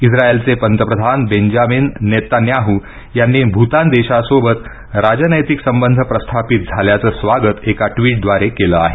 इस्राएलचे पंतप्रधान Benjamin Netanyahu यांनी भूतान देशासोबत राजनैतिक संबंध प्रस्थापित झाल्याचं स्वागत एका ट्विटद्वारे केलं आहे